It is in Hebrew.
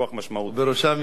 בראשם יואל חסון.